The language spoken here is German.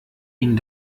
ihn